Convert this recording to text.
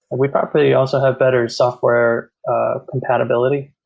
and we probably also have better software ah compatibility,